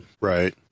Right